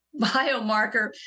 biomarker